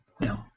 No